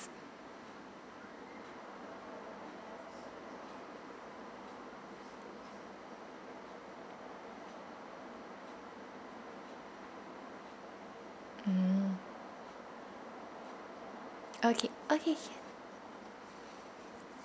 mm okay okay can